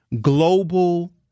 global